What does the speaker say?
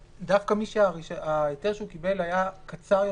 דווקא מי שההיתר שהוא קיבל היה קצר יותר,